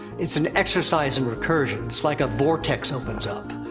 it's an exercise in recursion, it's like a vortex opens up.